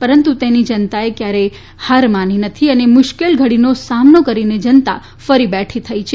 પરંતુ તેની જનતાએ કયારેય હાર માની નથી અને મુશ્કેલ ઘડીનો સામનો કરીને જનતા ફરી બેઠી થઇ છે